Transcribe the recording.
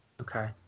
Okay